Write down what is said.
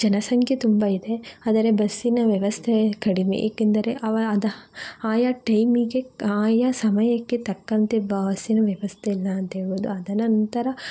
ಜನಸಂಖ್ಯೆ ತುಂಬ ಇದೆ ಆದರೆ ಬಸ್ಸಿನ ವ್ಯವಸ್ಥೆ ಕಡಿಮೆ ಏಕೆಂದರೆ ಅವ ಅದ ಆಯಾ ಟೈಮಿಗೆ ಆಯಾ ಸಮಯಕ್ಕೆ ತಕ್ಕಂತೆ ಬಸ್ಸಿನ ವ್ಯವಸ್ಥೆ ಇಲ್ಲ ಅಂತ ಹೇಳ್ಬೋದು ಆದನಂತರ